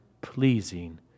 pleasing